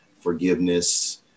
forgiveness